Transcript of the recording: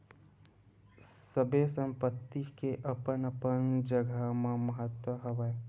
सबे संपत्ति के अपन अपन जघा म महत्ता हवय